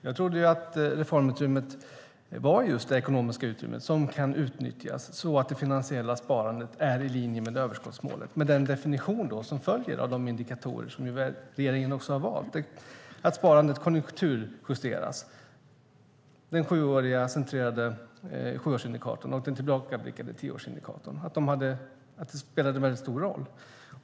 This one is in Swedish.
Jag trodde att reformutrymmet var just det ekonomiska utrymme som kan utnyttjas så att det finansiella sparandet är i linje med överskottsmålet med den definition som följer av de indikatorer som regeringen har valt, det vill säga en konjunkturjustering av sparandet, den centrerade sjuårsindikatorn och den tillbakablickande tioårsindikatorn. Jag trodde att de spelade en mycket stor roll.